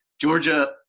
Georgia